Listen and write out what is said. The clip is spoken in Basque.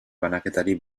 banaketari